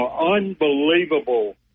unbelievable